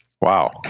Wow